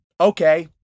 okay